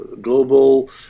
global